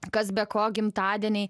kas be ko gimtadieniai